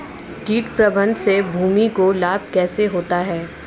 कीट प्रबंधन से भूमि को लाभ कैसे होता है?